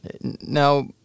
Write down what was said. Now